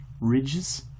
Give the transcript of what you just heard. ridges